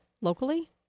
locally